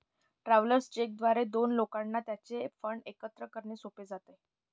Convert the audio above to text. travellers cheque द्वारे दोन लोकांना त्यांचे फंड एकत्र करणे सोपे जाते